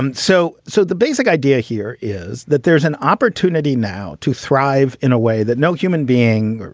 um so. so the basic idea here is that there's an opportunity now to thrive in a way that no human being,